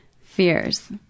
Fears